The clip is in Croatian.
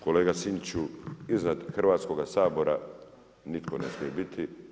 Kolega Sinčiću, iznad Hrvatskoga sabora nitko ne smije biti.